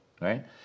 Right